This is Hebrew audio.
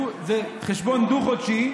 זה חשבון דו-חודשי,